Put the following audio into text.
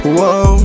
Whoa